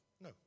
No